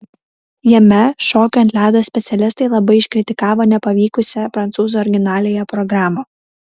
jame šokių ant ledo specialistai labai iškritikavo nepavykusią prancūzų originaliąją programą